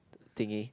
tinge